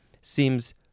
seems